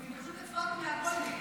פשוט הצבעתם על הכול נגד.